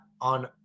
on